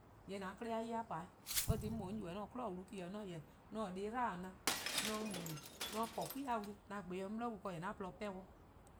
:Yee' :an 'kle-a 'ye-a pa. Eh-: :korn dhih :mor mlor 'on :ybeh 'an-a'a: 'kwi'nehbo: wlu-'. 'An :yeh :or taa kwla+ 'dlu-dih na :mor 'on mu :muuu: 'on po 'kwi-a wlu 'an 'bor-dih 'o 'on 'bli-wlu ken-dih :yee' 'an :porluh 'pehn-dih.